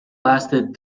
lasted